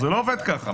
זה לא עובד כה.